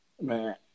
Man